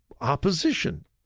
opposition